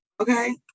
Okay